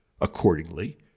Accordingly